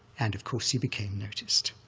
and of course he became noticed,